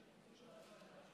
פה?